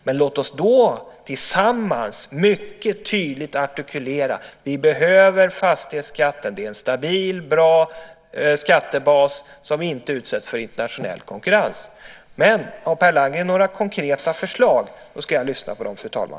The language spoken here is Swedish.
Men låt oss då tillsammans mycket tydligt artikulera att vi behöver fastighetsskatten, den ger en stabil och bra skattebas som inte utsätts för internationell konkurrens. Har Per Landgren några konkreta förslag då ska jag lyssna på dem, fru talman.